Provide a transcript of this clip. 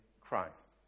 Christ